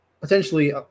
potentially